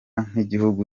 nk’igihugu